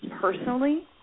personally